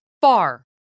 far